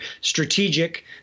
Strategic